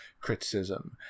criticism